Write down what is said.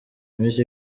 miss